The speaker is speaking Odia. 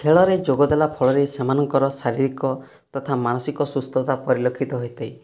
ଖେଳରେ ଯୋଗଦେଲା ଫଳରେ ସେମାନଙ୍କର ଶାରୀରିକ ତଥା ମାନସିକ ସୁସ୍ଥତା ପରିଲକ୍ଷିତ ହୋଇଥାଏ